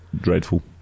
Dreadful